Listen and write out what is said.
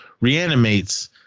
reanimates